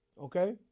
Okay